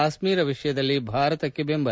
ಕಾಶ್ಮೀರ ವಿಷಯದಲ್ಲಿ ಭಾರತಕ್ಕೆ ಬೆಂಬಲ